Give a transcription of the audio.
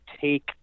take